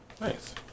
Nice